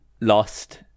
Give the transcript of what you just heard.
lost